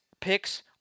picks